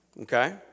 Okay